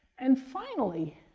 and finally,